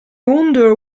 wonder